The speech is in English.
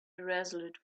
irresolute